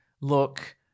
look